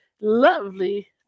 lovely